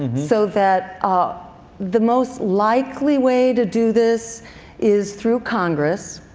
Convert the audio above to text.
and so that ah the most likely way to do this is through congress.